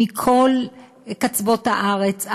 מכל קצוות הארץ,